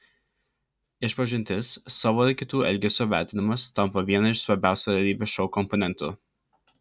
išpažintis savo ir kitų elgesio vertinimas tampa vienu iš svarbiausių realybės šou komponentų